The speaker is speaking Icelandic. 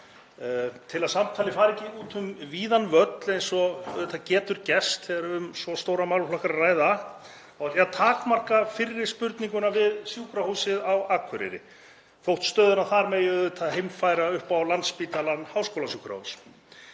Til að samtalið fari ekki út um víðan völl eins og getur gerst þegar um svo stóran málaflokk er að ræða þá ætla ég að takmarka fyrri spurninguna við Sjúkrahúsið á Akureyri, þótt stöðuna þar megi auðvitað heimfæra upp á Landspítala – háskólasjúkrahús.